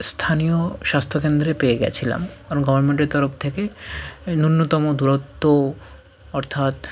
স্থানীয় স্বাস্থ্যকেন্দ্রে পেয়ে গেছিলাম কারণ গভর্মেন্টের তরফ থেকে ন্যুনতম দুরত্ব অর্থাৎ